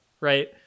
right